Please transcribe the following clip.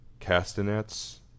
castanets